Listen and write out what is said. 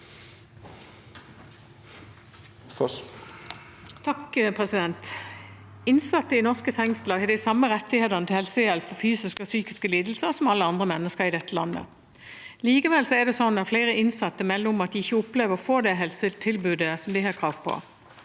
(H) Innsatte i norske fengs- ler har de samme rettighetene til helsehjelp for fysiske og psykiske lidelser som alle andre mennesker i dette landet. Likevel er det sånn at flere innsatte melder om at de ikke opplever å få det helsetilbudet de har krav på.